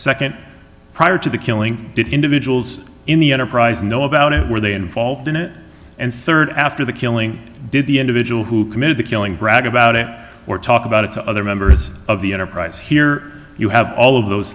second prior to the killing did individuals in the enterprise know about it were they involved in it and third after the killing did the individual who committed the killing brag about it or talk about it to other members of the enterprise here you have all of those